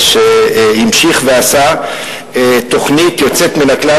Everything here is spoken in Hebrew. שהמשיך ועשה תוכנית יוצאת מן הכלל,